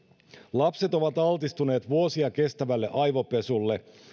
lapset ovat altistuneet vuosia kestävälle aivopesulle